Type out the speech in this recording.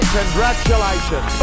congratulations